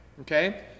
okay